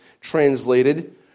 translated